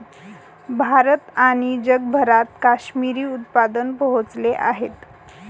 भारत आणि जगभरात काश्मिरी उत्पादन पोहोचले आहेत